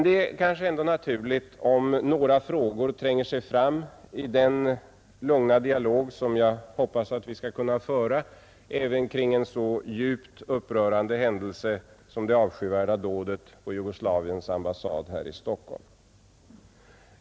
Det är kanske ändå naturligt om några frågor tränger sig fram i den lugna dialog som jag hoppas att vi skall kunna föra även kring en så djupt upprörande händelse som det avskyvärda dådet på Jugoslaviens ambassad här i Stockholm.